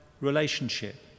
relationship